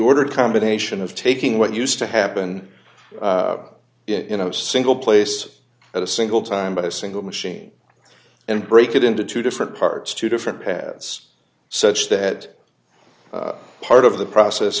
order combination of taking what used to happen in a single place at a single time by a single machine and break it into two different parts to different paths such that part of the process